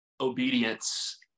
Obedience